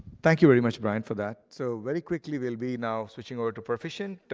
thank you very much, bryan, for that. so very quickly, we'll be now switching over to perficient.